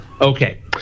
Okay